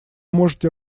можете